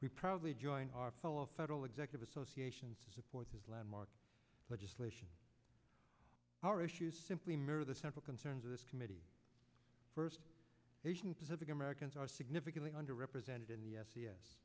we proudly join our fellow federal executive associations to support his landmark legislation our issues simply mirror the central concerns of this committee first asian pacific americans are significantly under represented in the s e s